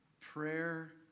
prayer